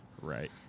Right